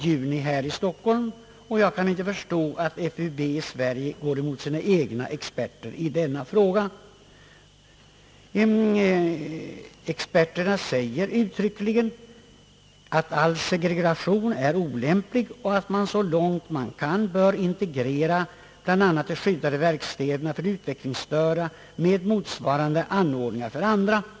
Jag kan därför inte förstå att FUB i Sverige går emot sina egna experter i denna fråga. Experterna säger uttryckligen att all segregation är olämplig och att man så långt man kan bör integrera bl.a. de skyddade verkstäderna för utvecklingsstörda med motsvarande anordningar för andra behövande.